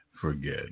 forget